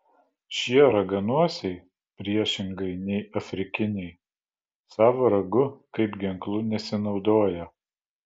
šie raganosiai priešingai nei afrikiniai savo ragu kaip ginklu nesinaudoja